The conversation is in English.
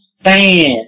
Stand